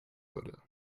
würde